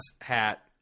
hat